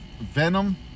Venom